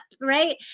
right